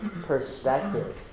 perspective